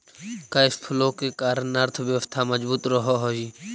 cash flow के कारण अर्थव्यवस्था मजबूत रहऽ हई